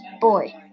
boy